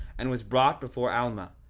and was brought before alma,